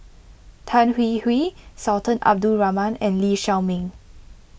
Tan Hwee Hwee Sultan Abdul Rahman and Lee Shao Meng